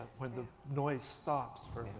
when the noise stops for